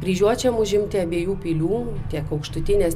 kryžiuočiam užimti abiejų pilių tiek aukštutinės